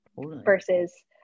versus